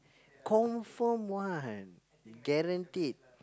confirm one guaranteed